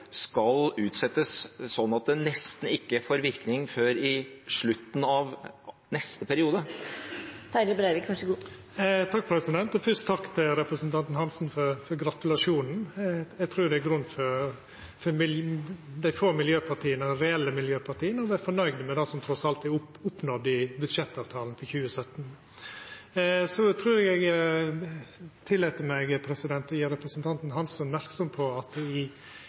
skal utsettes, sånn at det nesten ikke får virkning før i slutten av neste periode? Fyrst takk til representanten Hansson for gratulasjonen. Eg trur det er grunn til for dei få reelle miljøpartia å vera fornøgde med det som trass alt er oppnådd i budsjettavtalen for 2017. Eg tillèt meg å gjera representanten Hansson merksam på at blant alle oppmodingsforslaga, vedtaka som følgjer budsjettavtalen, og vedtaka som me skal gjera seinare i